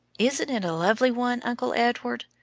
isn't it a lovely one, uncle edward?